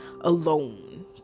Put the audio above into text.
alone